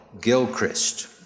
Gilchrist